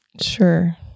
Sure